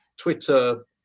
twitter